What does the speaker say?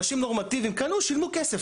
אנשים נורמטיביים קנו ושילמו כסף,